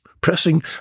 Pressing